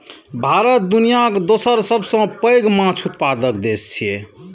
भारत दुनियाक दोसर सबसं पैघ माछ उत्पादक देश छियै